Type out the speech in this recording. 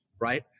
right